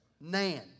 Nan